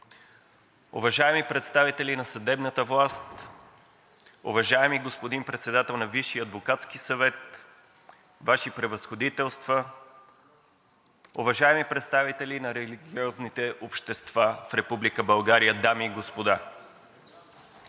уважаеми представители на съдебната власт, уважаеми господин Председател на Висшия адвокатски съвет, Ваши Превъзходителства, уважаеми представители на религиозните общности в Република България, уважаеми господин